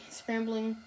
scrambling